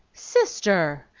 sister!